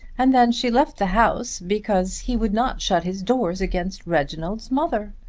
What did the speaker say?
and then she left the house because he would not shut his doors against reginald's mother.